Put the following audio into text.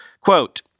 Quote